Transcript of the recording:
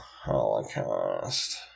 Holocaust